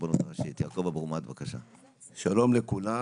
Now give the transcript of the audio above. שלום לכולם.